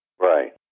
Right